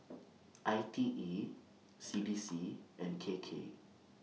I T E C D C and K K